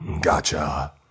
Gotcha